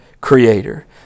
creator